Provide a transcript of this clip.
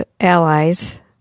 allies